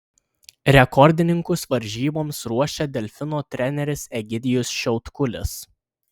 rekordininkus varžyboms ruošia delfino treneris egidijus šiautkulis